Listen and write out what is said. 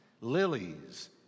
lilies